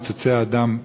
מוצצי הדם,